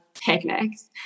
picnics